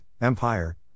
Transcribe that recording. empire